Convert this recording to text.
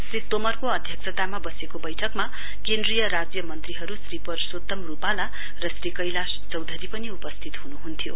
श्री तोमरले अध्यक्षतामा बसेको बैठकमा केन्द्रीय राज्य मन्त्रीहरू श्री परशोत्तम रूपाला र श्री कैलाश चौधरी पनि उपस्थित हुनुहुन्थ्यो